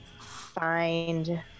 find